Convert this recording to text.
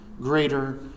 greater